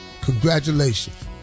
congratulations